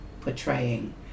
portraying